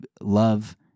love